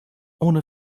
ohne